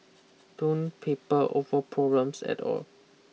don't paper over problems at all